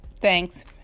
Thanks